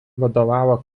vadovavo